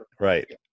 right